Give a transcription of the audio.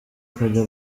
kujya